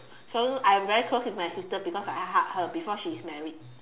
so I'm very close with my sister because I hug her before she's married